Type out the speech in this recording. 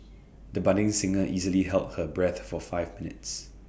the budding singer easily held her breath for five minutes